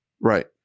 Right